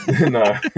No